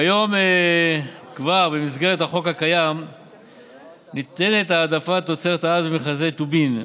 כיום במסגרת החוק הקיים כבר ניתנת העדפה לתוצרת הארץ במכרזי טובין.